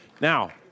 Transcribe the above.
Now